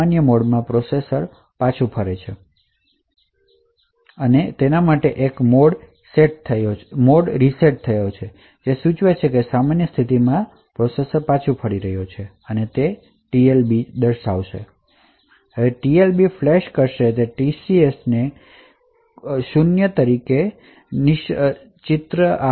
આ સૂચનામાં પ્રોસેસર ખાતરી કરશે કે એન્ક્લેવ્સ મોડ ફ્લેગ સાફ થયો છે જે તે ખરેખર સૂચવે છે કે તે સામાન્ય સ્થિતિમાં પાછો ફરી રહ્યો છે અને તે વિવિધ TLB એન્ટ્રીને ફ્લશ કરશે જે તે TCSને ફ્રી તરીકે ચિહ્નિત કરશે